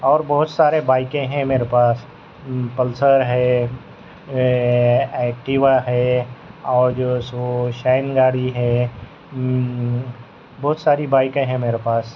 اور بہت سارے بائکیں ہیں میرے پاس پلسر ہے ایکٹیوا ہے اور جو ہے سو شائن گاڑی ہے بہت ساری بائکیں ہیں میرے پاس